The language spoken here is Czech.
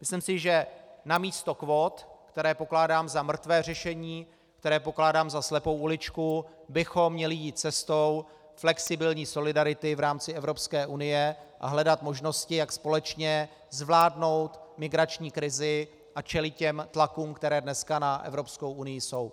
Myslím si, že namísto kvót, které pokládám za mrtvé řešení, které pokládám za slepou uličku, bychom měli jít cestou flexibilní solidarity v rámci Evropské unie a hledat možnosti, jak společně zvládnout migrační krizi a čelit těm tlakům, které dneska na Evropskou unii jsou.